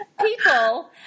People